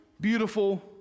beautiful